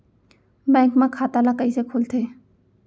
Bank म खाता ल कइसे खोलथे?